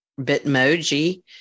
bitmoji